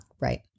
Right